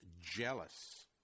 jealous